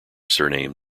surname